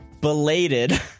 belated